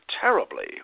terribly